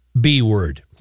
b-word